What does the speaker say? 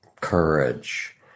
courage